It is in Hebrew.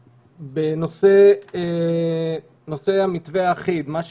בנושא המתווה האחיד, מה שפרופ'